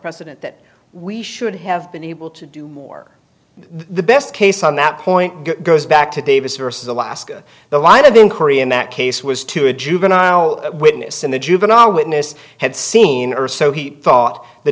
precedent that we should have been able to do more the best case on that point goes back to davis versus alaska the line of inquiry in that case was to a juvenile witness in the juvenile witness had seen or so he thought the